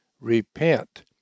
repent